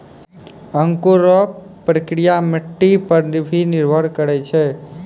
अंकुर रो प्रक्रिया मट्टी पर भी निर्भर करै छै